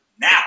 now